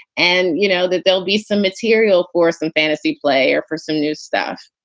and you know that there'll be some material for some fantasy play or for some new stuff.